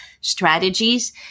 strategies